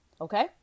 Okay